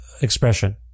Expression